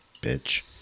bitch